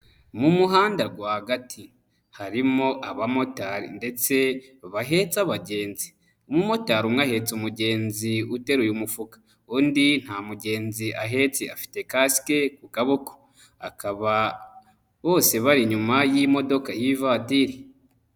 Mu muhanda rwagati harimo abamotari ndetse bahetse abagenzi, umumotari umwe ahetse umugenzi uteruye umufuka undi nta mugenzi ahetse afite kasike ku kaboko bakaba bose bari inyuma y'imodoka y'ivatiri.